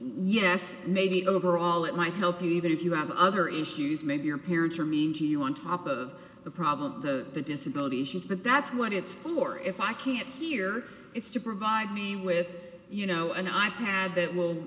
yes maybe overall it might help you even if you have other issues maybe your peers are mean to you on top of the problem the disability issues but that's what it's for if i can't hear it's to provide me with you know an i pad that will